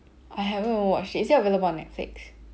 I haven't even watched is it available on netflix